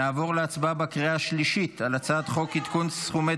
נעבור להצבעה בקריאה השלישית על הצעת חוק עדכון סכומי